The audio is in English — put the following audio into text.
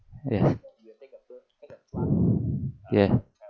yes ya